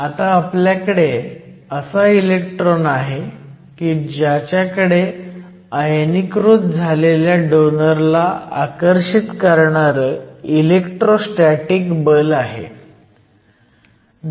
आता आपल्याकडे असा इलेक्ट्रॉन आहे की ज्याच्याकडे आयनीकृत झालेल्या डोनर ला आकर्षित करणारं इलेक्ट्रोस्टॅटिक बल आहे